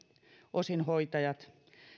osin hoitajat